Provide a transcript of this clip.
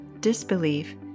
disbelief